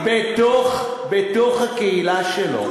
בתוך הקהילה שלו.